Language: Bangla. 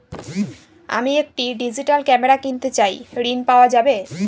আমি একটি ডিজিটাল ক্যামেরা কিনতে চাই ঝণ পাওয়া যাবে?